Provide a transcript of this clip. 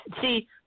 See